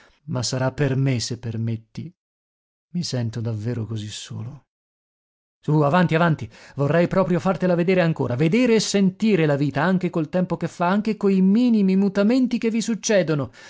ma sarà per me se permetti mi sento davvero così solo su avanti avanti vorrei proprio fartela vedere ancora vedere e sentire la vita anche col tempo che fa anche coi minimi mutamenti che vi succedono